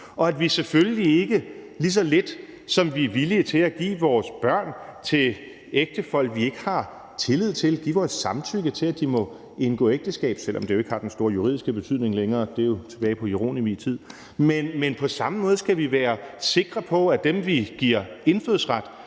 og at vi selvfølgelig ikke – lige så lidt, som vi er villige til at give vores børn til ægtefolk, vi ikke har tillid til – giver vores samtykke til, at de må indgå ægteskab, selv om det jo ikke har den store juridiske betydning længere; det er jo tilbage fra Jeronimi tid. Men på samme måde skal vi være sikre på, at dem, vi giver indfødsret,